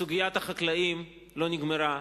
סוגיית החקלאים לא נגמרה,